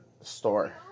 store